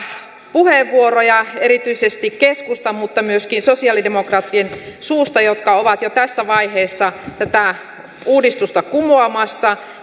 puheenvuoroja erityisesti keskustan mutta myöskin sosialidemokraattien suusta jotka ovat jo tässä vaiheessa tätä uudistusta kumoamassa